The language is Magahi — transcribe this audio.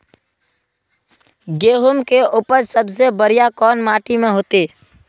गेहूम के उपज सबसे बढ़िया कौन माटी में होते?